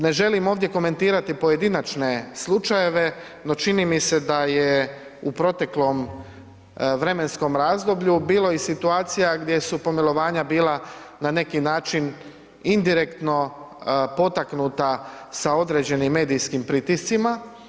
Ne želim ovdje komentirati pojedinačne slučajeve, no čini mi se da je u proteklom vremenskom razdoblju bilo i situacija gdje su pomilovanja bila na neki način indirektno potaknuta sa određenim medijskim pritiscima.